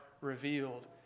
revealed